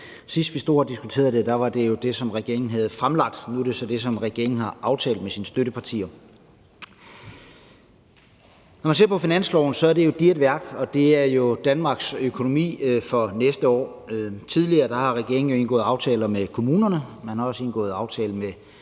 Sidst vi stod her og diskuterede det, var det jo det, som regeringen havde fremlagt, og nu er det så det, som regeringen har aftalt med sine støttepartier. Når man ser på finansloven, er det jo et digert værk, og det er jo Danmarks økonomi for næste år, og tidligere har regeringen jo indgået aftaler med kommunerne, og man har også indgået aftale med